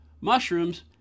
mushrooms